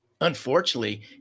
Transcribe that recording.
unfortunately